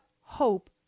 hope